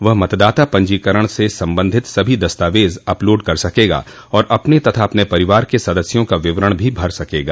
वह मतदाता पंजीकरण से संबंधित सभी दस्तावेज अपलोड कर सकेगा और अपने तथा अपने परिवार के सदस्यों का विवरण भर सकेगा